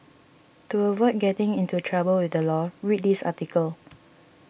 to avoid getting into trouble with the law read this article